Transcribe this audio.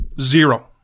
zero